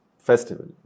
festival